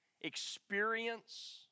experience